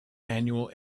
annual